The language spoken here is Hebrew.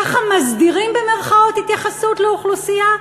ככה "מסדירים" התייחסות לאוכלוסייה?